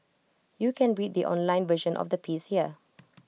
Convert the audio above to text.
you can read the online version of the piece here